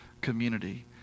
community